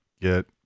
get